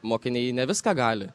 mokiniai ne viską gali